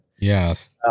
Yes